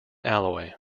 alloy